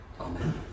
Amen